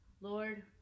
Lord